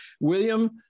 William